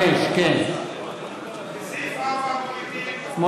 5. לסעיף 3 אתם מסירים את הסתייגות מס' 5. כן.